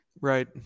Right